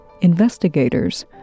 Investigators